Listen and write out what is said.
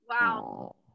Wow